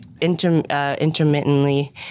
intermittently